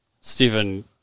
Stephen